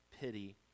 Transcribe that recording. pity